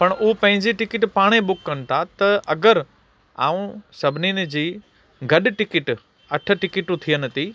पण हू पंहिंजी टिकिट पाणे बुक कनि था त अगरि आऊं सभिनीनि जी गॾु टिकिट अठ टिकिटूं थियनि थी